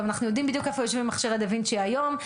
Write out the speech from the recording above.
אנחנו גם יודעים בדיוק איפה יושבים מכשירי דה וינצ'י היום.